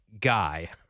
Guy